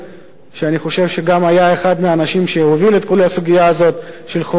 שאני חושב שגם היה אחד מהאנשים שהוביל את כל הסוגיה הזאת של חובת גיוס,